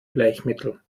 bleichmittel